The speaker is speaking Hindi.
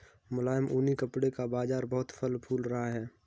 मुलायम ऊनी कपड़े का बाजार बहुत फल फूल रहा है